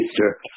Easter